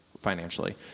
financially